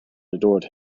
adored